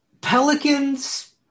Pelicans